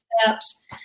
steps